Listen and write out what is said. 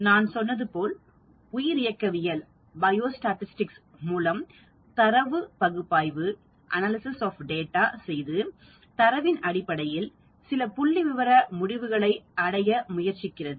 நான் சொன்னது போல் உயிரியக்கவியல் மூலம் தரவு பகுப்பாய்வு செய்து தரவின் அடிப்படையில் சில புள்ளிவிவர முடிவுகளை அடைய முயற்சிக்கிறது